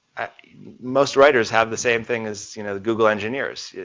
most writers have the same thing as, you know, google engineers, yeah